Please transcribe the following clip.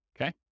Okay